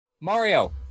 Mario